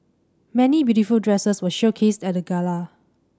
many beautiful dresses were showcased at the gala